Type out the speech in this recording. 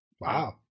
Wow